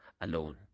alone